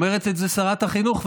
אומרת את זה שרת החינוך,